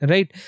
Right